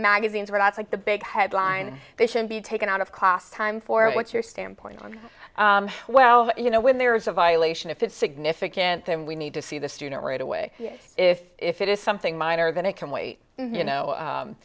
magazines when i was like the big headline they should be taken out of class time for what's your standpoint on well you know when there is a violation if it's significant then we need to see the student right away if it is something minor then it can wait you know